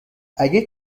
اگر